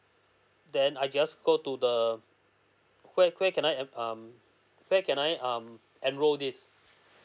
then I just go to the where where can I app~ um where can I um enrol this